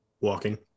Walking